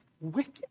wicked